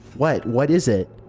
what? what is it?